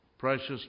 Precious